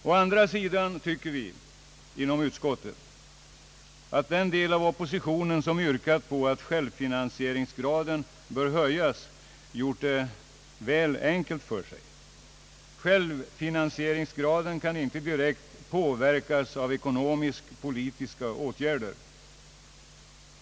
Å andra sidan tycker vi inom utskottet att den del av oppositionen, som yrkar på att självfinansieringsgraden skall höjas, gjort det väl enkelt för sig. Självfinansieringsgraden kan inte direkt påverkas av ekonomisk-politiska åtgärder.